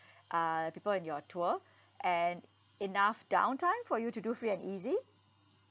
uh people in your tour and enough downtime for you to do free and easy